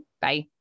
Bye